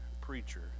preacher